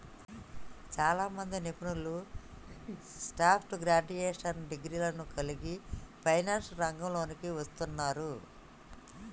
చాలామంది నిపుణులు soft graduation డిగ్రీలను కలిగి ఫైనాన్స్ రంగంలోకి వస్తున్నారు